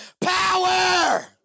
Power